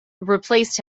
replaced